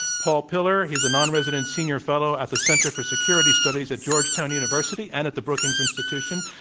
paul pillar. he's anonresident senior fellow at the center for security studies at georgetown university and at the brookings institution.